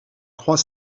croix